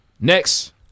Next